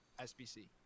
SBC